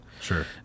sure